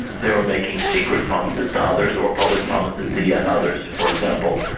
they were making secret promises to others or public promises to yet others. for example,